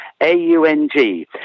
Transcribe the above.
A-U-N-G